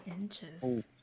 inches